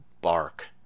bark